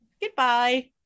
goodbye